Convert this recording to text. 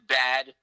bad